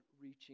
reaching